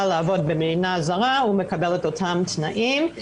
לעבוד במדינה זרה מקבל את אותם תנאים.